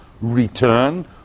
return